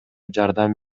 жардам